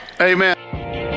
Amen